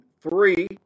three